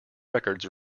records